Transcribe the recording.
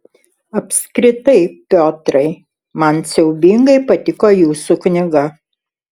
apskritai piotrai man siaubingai patiko jūsų knyga